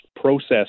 process